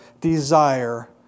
desire